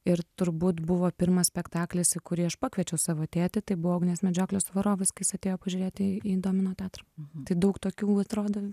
ir turbūt buvo pirmas spektaklis į kurį aš pakviečiau savo tėtį tai buvo ugnies medžioklė su varovais kai jis atėjo pažiūrėti į į domino teatrą tai daug tokių atrodo